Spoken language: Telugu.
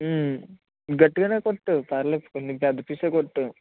గట్టిగానే కొట్టు పర్లేదు కొంచెం పెద్ద పీసే కొట్టు